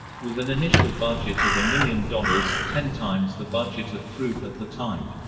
with an initial budget of a million dollars, ten times the budget of throop at the time.